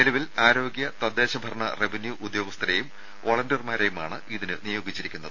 നിലവിൽ ആരോഗ്യ തദ്ദേശ ഭരണ റവന്യൂ ഉദ്യോഗസ്ഥരെയും വളണ്ടിയർമാരെയുമാണ് ഇതിന് നിയോഗിച്ചിരിക്കുന്നത്